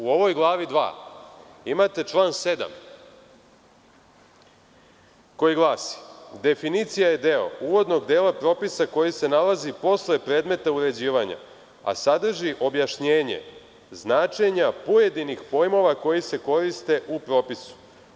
U ovoj Glavi 2. imate član 7. koji glasi – definicija je deo uvodnog dela pripisa, koji se nalazi posle predmeta uređivanja, a sadrži objašnjenje značenja pojedinih pojmova koji se koriste u propisu.